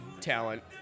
talent